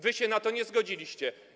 Wy się na to nie zgodziliście.